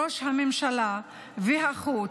ראש הממשלה והחוץ,